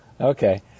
Okay